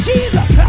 Jesus